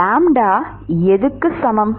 மாணவர் எது க்கு சமம்